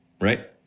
Right